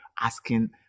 asking